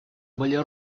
были